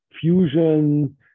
fusion